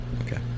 Okay